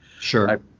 Sure